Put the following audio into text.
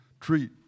treat